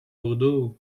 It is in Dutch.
bordeaux